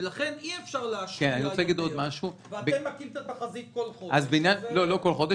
ולכן אי אפשר להשפיע --- ואתם מכים את התחזית חודש -- לא כל חודש,